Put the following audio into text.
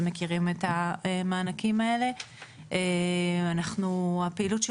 אתם מכירים את המענקים האלה והפעילות של